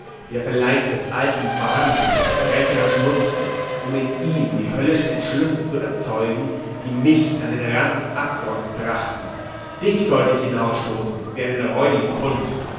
der vielleicht des alten wahnsinn verbrecherisch nützte um in ihm die höllischen entschlüsse zu erzeugen die mich an den rand des abgrunds brachten dich sollte ich hinausstoßen wie einen räudigen hund